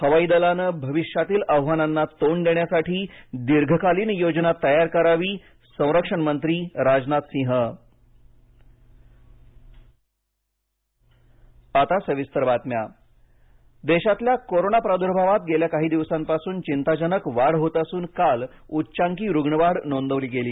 हवाई दलानं भविष्यातील आव्हानांना तोंड देण्यासाठी दीर्घकालीन योजना तयार करावी संरक्षण मंत्री राजनाथ सिंह देश कोविड देशातल्या कोरोना प्रादु्भावात गेल्या काही दिवसांपासून चिंताजनक वाढ होत असून काल उच्चांकी रुग्णवाढ नोंदवली गेली